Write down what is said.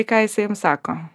ką jisai jum sako